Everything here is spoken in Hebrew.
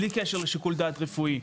למטופלים האלה בלי קשר לשיקול דעת רפואי.